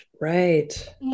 Right